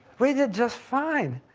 we did just fine.